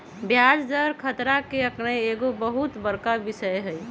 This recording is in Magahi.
ब्याज दर खतरा के आकनाइ एगो बहुत बड़का विषय हइ